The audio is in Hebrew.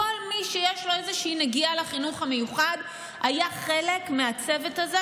כל מי שיש לו איזושהי נגיעה לחינוך המיוחד היה חלק מהצוות הזה,